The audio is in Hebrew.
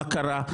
מה קרה?